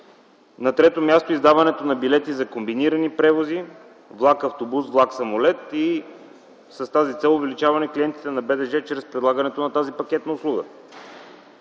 На трето място е издаването на билети за комбинирани превози влак-автобус и влак-самолет и с тази цел – увеличаване клиентите на БДЖ чрез прилагането на тази пакетна услуга.